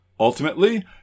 Ultimately